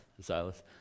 Silas